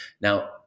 now